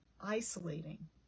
isolating